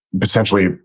potentially